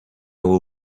will